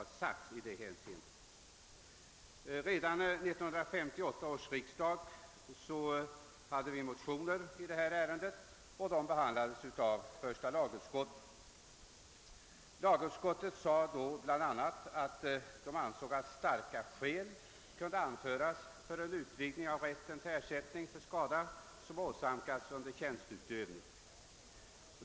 Redan vid 1958 års riksdag väckte vi motioner i detta ärende, vilka behandlades av första lagutskottet. Utskottet anförde då bl.a. att starka skäl kunde anföras för en utvidgning av polismans rätt till ersättning för skada som uppstått under tjänsteutövning.